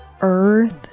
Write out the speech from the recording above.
Earth